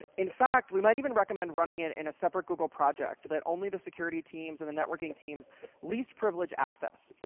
in fact, we might even recommend running it in a separate google project that only the security teams and the networking teams least privilege access.